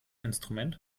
instrument